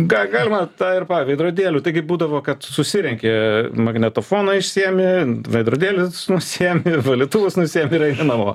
ką galima tą ir va veidrodėlių taigi būdavo kad susirenki magnetofoną išsiėmi veidrodėlius nusiėmi ir valytuvus nusiėmi ir eini namo